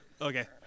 Okay